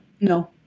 No